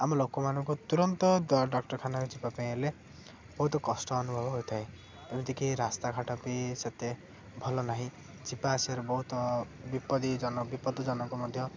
ଆମ ଲୋକମାନଙ୍କୁ ତୁରନ୍ତ ଡାକ୍ତରଖାନାରେ ଯିବା ପାଇଁ ହେଲେ ବହୁତ କଷ୍ଟ ଅନୁଭବ ହୋଇଥାଏ ଯେମିତିକି ରାସ୍ତାଘାଟ ବି ସେତେ ଭଲ ନାହିଁ ଯିବା ଆସିବାରେ ବହୁତ ବିପଦ ଜନକ ମଧ୍ୟ